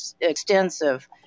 extensive